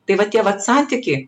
tai va tie vat santykiai